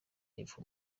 y’epfo